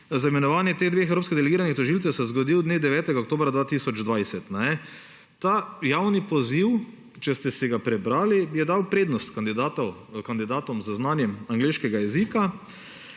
imenovanje teh dveh evropskih delegiranih tožilcev se je zgodil dne 9. oktobra 2020. Ta javni poziv, če ste si ga prebrali, je dal prednost kandidatom z znanjem angleškega jezika